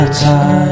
time